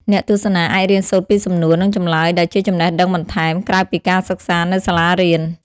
អ្នកទស្សនាអាចរៀនសូត្រពីសំណួរ និងចម្លើយដែលជាចំណេះដឹងបន្ថែម ក្រៅពីការសិក្សានៅសាលារៀន។។